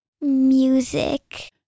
Music